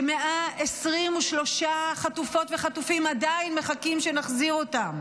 ש-125 חטופות וחטופים עדיין מחכים שנחזיר אותם,